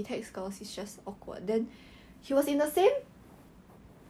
!aiya! wen da your type [what] wen da 戴眼镜 but 他有女朋友 liao